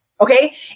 okay